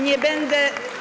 Nie będę.